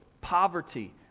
poverty